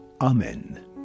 amen